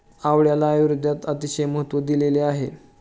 आवळ्याला आयुर्वेदात अतिशय महत्त्व दिलेले आहे